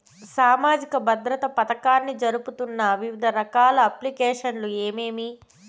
సామాజిక భద్రత పథకాన్ని జరుపుతున్న వివిధ రకాల అప్లికేషన్లు ఏమేమి?